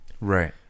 Right